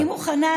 אני מוכנה.